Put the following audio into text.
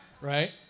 right